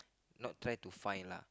not try to find lah